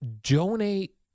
donate